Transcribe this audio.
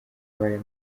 w’ayo